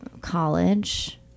college